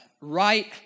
right